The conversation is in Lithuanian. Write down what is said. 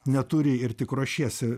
neturi ir tik ruošiesi